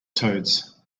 toads